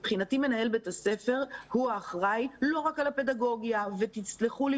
מבחינתי מנהל בית הספר הוא האחראי לא רק על הפדגוגיה - ותסלחו לי,